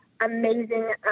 amazing